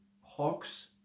hawks